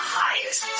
highest